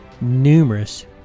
numerous